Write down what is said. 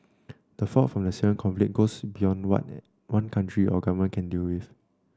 the fallout from the Syrian conflict goes beyond what any one country or government can deal with